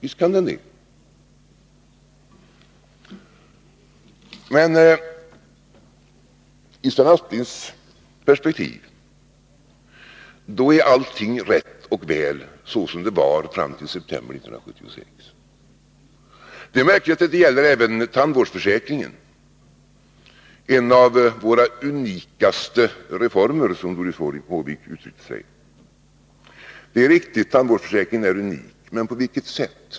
Meni Sven Asplings perspektiv är allting rätt och väl såsom det var fram till september 1976. Det är märkligt att det gäller även tandvårdsförsäkringen — en av våra ”unikaste” reformer, som Doris Håvik uttryckte sig. Det är riktigt. Tandvårdsförsäkringen är unik. Men på vilket sätt?